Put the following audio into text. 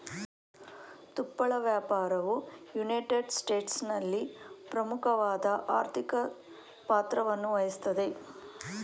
ತುಪ್ಪಳ ವ್ಯಾಪಾರವು ಯುನೈಟೆಡ್ ಸ್ಟೇಟ್ಸ್ನಲ್ಲಿ ಪ್ರಮುಖವಾದ ಆರ್ಥಿಕ ಪಾತ್ರವನ್ನುವಹಿಸ್ತದೆ